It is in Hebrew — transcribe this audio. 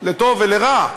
לטוב ולרע,